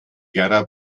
gera